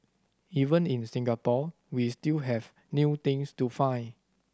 even in Singapore we still have new things to find